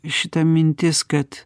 šita mintis kad